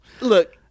look